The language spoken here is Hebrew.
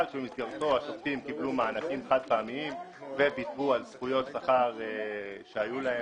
במסגרתו השופטים קיבלו מענקים חד פעמיים וויתרו על זכויות שכר שהיו להם,